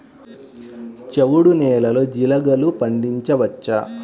చవుడు నేలలో జీలగలు పండించవచ్చా?